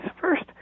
first